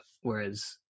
whereas